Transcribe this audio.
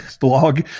blog